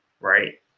Right